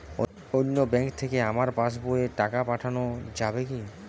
অন্য ব্যাঙ্ক থেকে আমার পাশবইয়ে টাকা পাঠানো যাবে কি?